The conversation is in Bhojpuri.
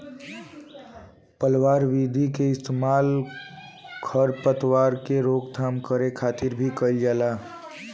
पलवार विधि के इस्तेमाल खर पतवार के रोकथाम करे खातिर भी कइल जाला